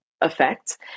effect